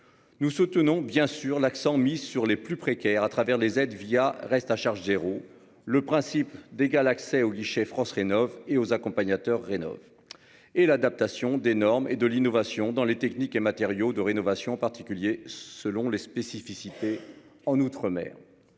Nous soutenons bien sûr l'accent mis sur les plus précaires à travers des aides via reste à charge zéro le principe d'égal accès aux guichets France rénove et aux accompagnateurs rénove et l'adaptation des normes et de l'innovation dans les techniques et matériaux de rénovation particulier selon les spécificités en outre-mer.